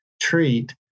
treat